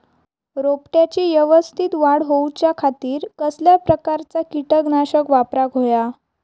रोपट्याची यवस्तित वाढ जाऊच्या खातीर कसल्या प्रकारचा किटकनाशक वापराक होया?